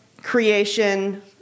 creation